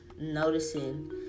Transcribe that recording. noticing